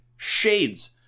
Shades